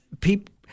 people